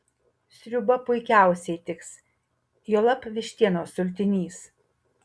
sriuba puikiausiai tiks juolab vištienos sultinys